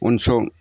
उनसं